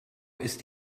ist